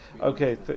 Okay